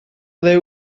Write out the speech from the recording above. ble